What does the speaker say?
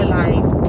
life